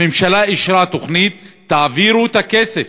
הממשלה אישרה תוכנית, תעבירו את הכסף.